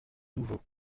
nouveau